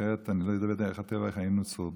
אחרת, אני לא יודע איך היינו שורדים.